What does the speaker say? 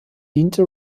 diente